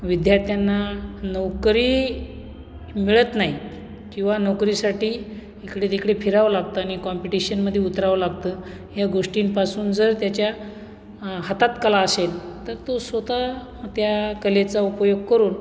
विद्यार्थ्यांना नौकरी मिळत नाही किंवा नोकरीसाठी इकडे तिकडे फिरावं लागतं आणि कॉम्पिटिशनमध्ये उतरावं लागतं ह्या गोष्टींपासून जर त्याच्या हातात कला असेल तर तो स्वत त्या कलेचा उपयोग करून